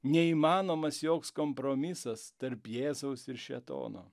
neįmanomas joks kompromisas tarp jėzaus ir šėtono